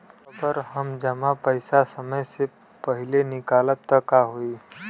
अगर हम जमा पैसा समय से पहिले निकालब त का होई?